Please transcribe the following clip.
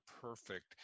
perfect